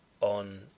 on